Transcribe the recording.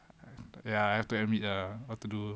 ya I have to admit ah what to do